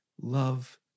Love